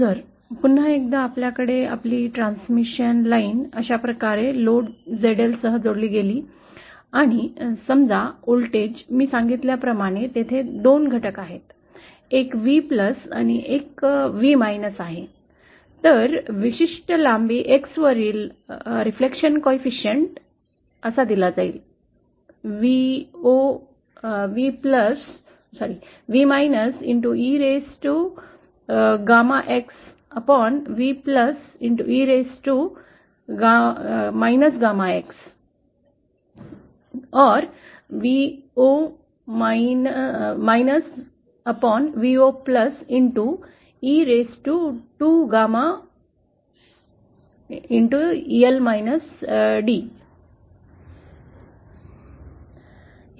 जर पुन्हा एकदा आपल्याकडे लोड ZL सह आपली ट्रांसमिशन लाइन अशा प्रकारे जोडली गेली आणि व्होल्टेज समजा मी सांगितल्या प्रमाणे तेथे दोन संकल्पना आहेत एक V आणि V आहे तर विशिष्ट लांबीच्या X वरील प्रतिबिंब गुणांक Vo e raised to gama x upon V e raised to or Vo Vo e raised to 2 gama